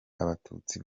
abatutsi